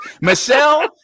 Michelle